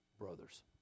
brothers